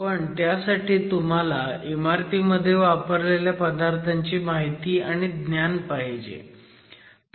पण त्यासाठी तुम्हाला इमारतीमध्ये वापरलेल्या पदार्थांची माहिती आणि ज्ञान पाहिजे